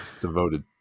devoted